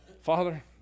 Father